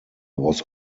was